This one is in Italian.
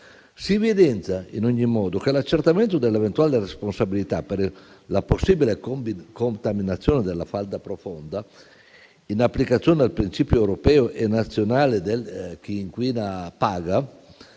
Si evidenzia, ad ogni modo, che l'accertamento dell'eventuale responsabilità per la possibile contaminazione della falda profonda, in applicazione del principio europeo e nazionale del chi inquina paga,